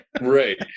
Right